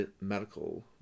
medical